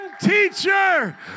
Teacher